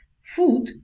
food